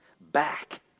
back